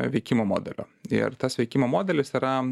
veikimo modelio ir tas veikimo modelis yra